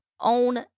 own